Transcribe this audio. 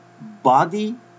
Body